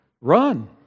run